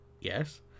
Yes